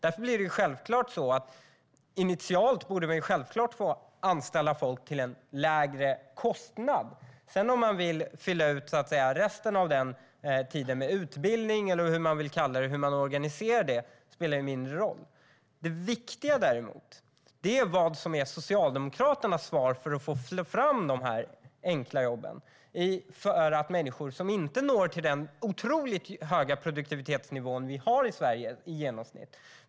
Därför borde man självfallet få anställa folk till en lägre kostnad initialt. Om man sedan vill fylla ut resten av tiden med utbildning eller vad man vill kalla det och hur man vill organisera det hela spelar mindre roll. Det viktiga är däremot vad som är Socialdemokraternas svar för att få fram de här enkla jobben för människor som inte når upp till den otroligt höga produktivitetsnivå vi i genomsnitt har i Sverige.